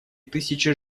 тысячи